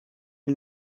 ils